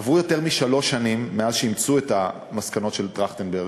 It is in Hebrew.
עברו יותר משלוש שנים מאז אימצו את המסקנות של טרכטנברג,